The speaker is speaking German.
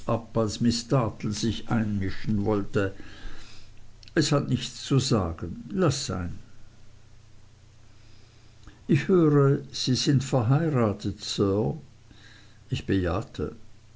miß dartle hineinmischen wollte es hat nichts zu sagen laß sein ich höre sie sind verheiratet sir ich bejahte